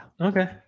okay